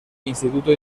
instituto